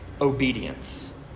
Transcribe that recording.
obedience